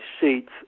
sheets